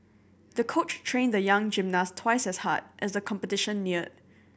the coach trained the young gymnast twice as hard as the competition neared